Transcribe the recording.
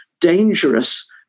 dangerous